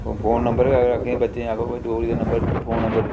ओह् phone number बी अगर अपने बच्चे गी आक्खो डोगरी दा नम्बर फोन नम्बर